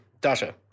Dasha